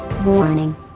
Warning